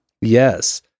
Yes